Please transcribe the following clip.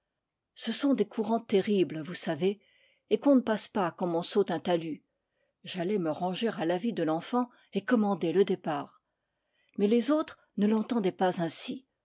ce sont des courants terribles vous savez et qu'on ne passe pas comme on saute un talus j'allais me ranger à l'avis de l'enfant et commander le départ mais les autres ne l'entendaient pas ainsi